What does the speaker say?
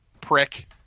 prick